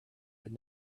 but